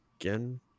again